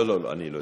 לא, אני לא יכול.